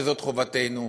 שזאת חובתנו.